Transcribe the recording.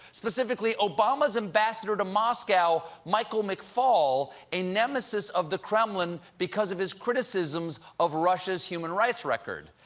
specifically, obama's ambassador to moscow, michael mcfaul, a nemesis of the kremlin because of his criticisms of russia's human rights record.